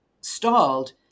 stalled